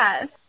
Yes